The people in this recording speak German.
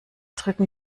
drücken